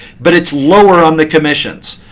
but it's lower on the commissions.